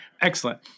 Excellent